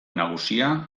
nagusia